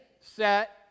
set